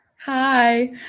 Hi